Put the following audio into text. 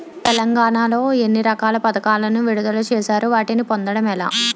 తెలంగాణ లో ఎన్ని రకాల పథకాలను విడుదల చేశారు? వాటిని పొందడం ఎలా?